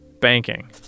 banking